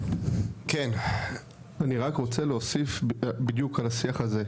אני רק רוצה להוסיף בדיוק על השיח הזה,